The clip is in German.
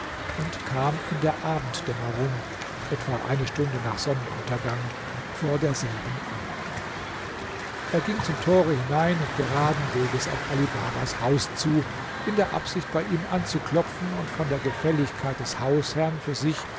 und kam in der abenddämmerung etwa eine stunde nach sonnenuntergang vor derselben an er ging zum tore hinein und geraden weges auf ali babas haus zu in der absicht bei ihm anzuklopfen und von der gefälligkeit des hausherrn für sich